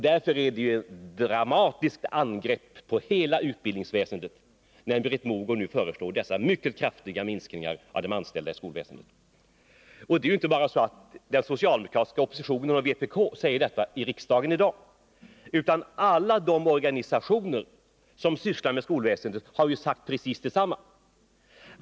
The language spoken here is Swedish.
Därför är det ett dramatiskt angrepp på hela utbildningsväsendet, när Britt Mogård nu föreslår dessa mycket kraftiga minskningar av antalet anställda i skolväsendet. Det är inte bara den socialdemokratiska oppositionen och vpk som säger detta i riksdagen i dag, utan alla de organisationer som har anknytning till skolväsendet har sagt detsamma.